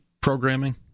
programming